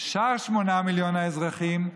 שאר שמונה מיליון האזרחים,